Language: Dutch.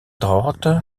droogte